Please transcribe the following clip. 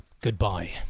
goodbye